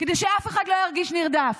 כדי שאף אחד לא ירגיש נרדף.